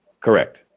Correct